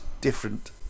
different